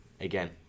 again